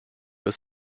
aus